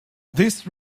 this